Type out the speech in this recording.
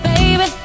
Baby